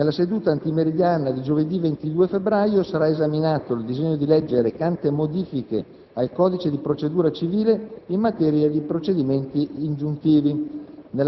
Nella seduta antimeridiana di giovedì 22 febbraio sarà esaminato il disegno di legge recante modifiche al Codice di procedura civile in materia di procedimenti ingiuntivi.